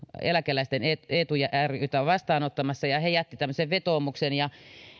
eläkeläisten eetu rytä vastaanottamassa ja he jättivät tämmöisen vetoomuksen ja